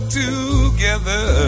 together